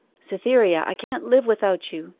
cytherea, i can't live without you!